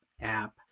app